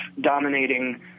dominating